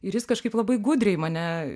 ir jis kažkaip labai gudriai mane